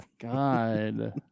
God